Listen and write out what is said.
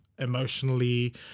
emotionally